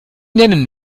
nennen